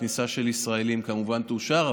כניסה של ישראלים כמובן תאושר,